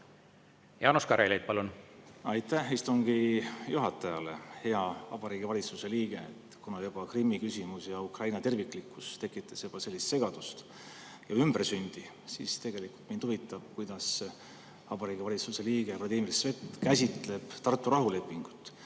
Jaanus Karilaid, palun!